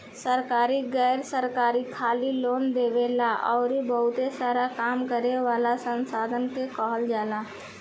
सरकारी, गैर सरकारी, खाली लोन देवे वाला अउरी बहुते सारा काम करे वाला संस्था के कहल जाला